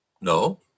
no